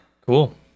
Cool